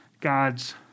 God's